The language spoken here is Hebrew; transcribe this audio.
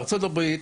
בארה"ב,